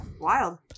Wild